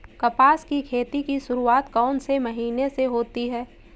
कपास की खेती की शुरुआत कौन से महीने से होती है?